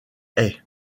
est